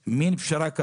למעין פשרה,